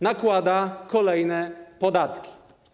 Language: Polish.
Nakłada kolejne podatki.